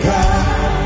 God